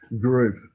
group